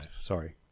sorry